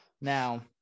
Now